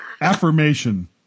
Affirmation